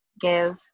give